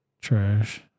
Trash